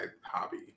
hobby